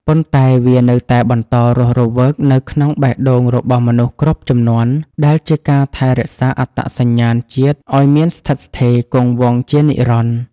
ប៉ុន្តែវានៅតែបន្តរស់រវើកនៅក្នុងបេះដូងរបស់មនុស្សគ្រប់ជំនាន់ ដែលជាការថែរក្សាអត្តសញ្ញាណជាតិឱ្យមានស្ថិតស្ថេរគង់វង្សជានិរន្តរ៍។